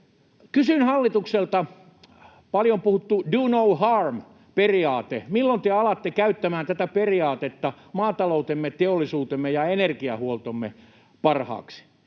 Kysyn hallitukselta paljon puhutusta do no harm ‑periaatteesta: milloin te alatte käyttämään tätä periaatetta maataloutemme, teollisuutemme ja energiahuoltomme parhaaksi?